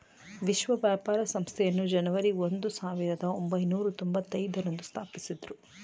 ವಿಶ್ವ ವ್ಯಾಪಾರ ಸಂಸ್ಥೆಯನ್ನು ಜನವರಿ ಒಂದು ಸಾವಿರದ ಒಂಬೈನೂರ ತೊಂಭತ್ತೈದು ರಂದು ಸ್ಥಾಪಿಸಿದ್ದ್ರು